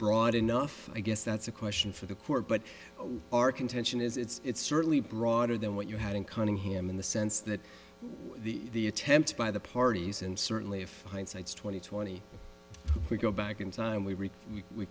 broad enough i guess that's a question for the court but our contention is it's certainly broader than what you had in conning him in the sense that the attempts by the parties and certainly if hindsight's twenty twenty we go back in time we